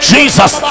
Jesus